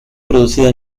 producida